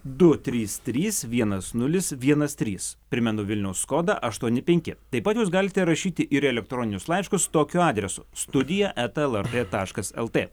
du trys trys vienas nulis vienas trys primenu vilniaus kodą aštuoni penki taip pat jūs galite rašyti ir elektroninius laiškus tokiu adresu studija eta lrt taškas lt